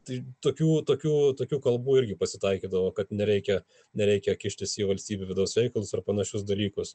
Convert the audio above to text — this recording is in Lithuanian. tai tokių tokių tokių kalbų irgi pasitaikydavo kad nereikia nereikia kištis į valstybių vidaus reikalus ar panašius dalykus